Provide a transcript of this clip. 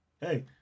hey